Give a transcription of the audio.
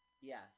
Yes